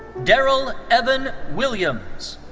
darrell evan willams.